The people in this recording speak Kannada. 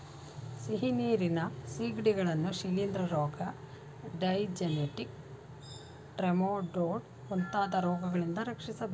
ಸಿಹಿನೀರಿನ ಸಿಗಡಿಗಳನ್ನು ಶಿಲಿಂದ್ರ ರೋಗ, ಡೈಜೆನೆಟಿಕ್ ಟ್ರೆಮಾಟೊಡ್ ಮುಂತಾದ ರೋಗಗಳಿಂದ ರಕ್ಷಿಸಬೇಕು